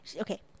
okay